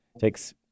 takes